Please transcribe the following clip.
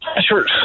Sure